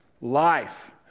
life